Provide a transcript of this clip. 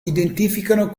identificano